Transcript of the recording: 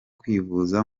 kwivuza